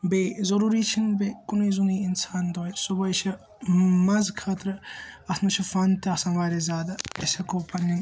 بیٚیہِ ضروری چھنہٕ بیٚیہِ کُنے زوٚنٕے انسان دۄہلہِ صُبحٲے چھِ منٛز خٲطر اَتھ منٛز چھ فَن تہِ آسان وارِیاہ زیادٕ أسۍ ہیٚکو پنٕنۍ